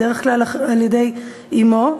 בדרך כלל על-ידי אמו,